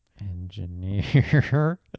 Engineer